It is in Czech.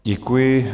Děkuji.